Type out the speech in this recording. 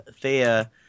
Thea